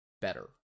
better